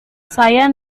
saya